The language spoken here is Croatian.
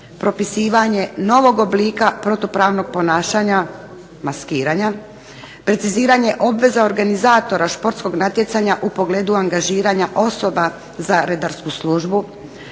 propisivanje novog oblika protupravnog ponašanja, maskiranja, preciziranje obveza organizatora športskog natjecanja u pogledu angažiranja osoba za redarsku službu.